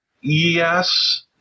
Yes